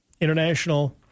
International